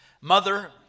mother